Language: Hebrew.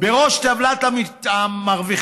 בראש טבלת המרוויחים